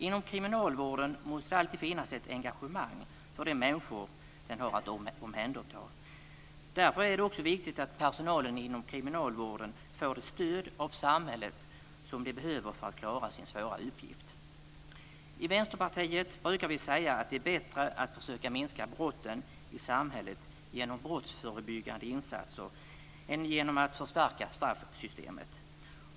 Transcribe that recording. Inom kriminalvården måste det alltid finnas ett engagemang för de människor den har att omhänderta. Därför är det också viktigt att personalen inom kriminalvården får det stöd av samhället som de behöver för att klara sin svåra uppgift. I Vänsterpartiet brukar vi säga att det är bättre att försöka minska brotten i samhället genom brottsförebyggande insatser än genom att förstärka straffsystemet.